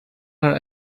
her